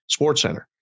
SportsCenter